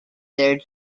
their